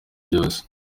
byose